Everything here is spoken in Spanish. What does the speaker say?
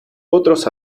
otros